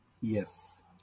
Yes